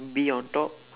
bee on top